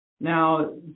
Now